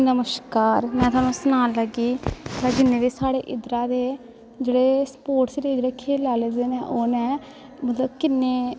नमश्कार में तुसेंगी सनान लगी साढ़े इध्दरा दे जेह्ड़े स्पोर्टस रक्खे उनैं मतलव किन्ने